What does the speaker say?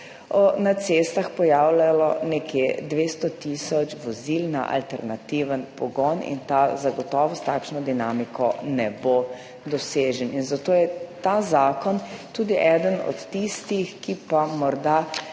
na cestah pojavljalo nekje200 tisoč vozil na alternativen pogon. Ta zagotovo ne bo dosežen s takšno dinamiko in zato je ta zakon tudi eden od tistih, ki pa morda